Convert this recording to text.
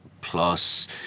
plus